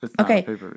Okay